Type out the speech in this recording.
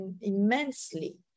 immensely